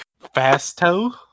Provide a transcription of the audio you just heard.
Fasto